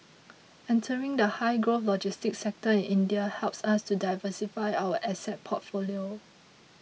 entering the high growth logistics sector in India helps us to diversify our asset portfolio